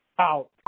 Out